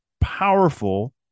powerful